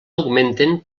augmenten